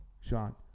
Sean